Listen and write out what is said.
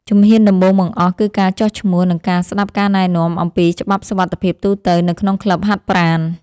ជំហានដំបូងបង្អស់ គឺការចុះឈ្មោះ និងការស្ដាប់ការណែនាំអំពីច្បាប់សុវត្ថិភាពទូទៅនៅក្នុងក្លឹបហាត់ប្រាណ។